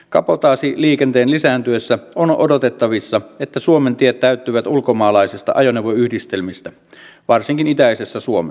kabotaasiliikenteen lisääntyessä on odotettavissa että suomen tiet täyttyvät ulkomaalaisista ajoneuvoyhdistelmistä varsinkin itäisessä suomessa